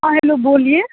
हाँ हेलो बोलिए